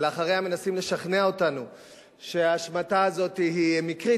ולאחריה מנסים לשכנע אותנו שההשמטה הזאת היא מקרית,